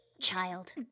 Child